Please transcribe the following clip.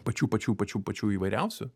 pačių pačių pačių pačių įvairiausių